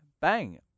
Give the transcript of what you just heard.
bang